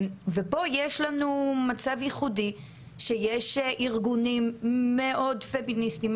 ופה יש לנו מצב ייחודי שיש ארגונים מאוד פמיניסטיים,